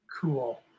Cool